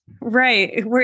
Right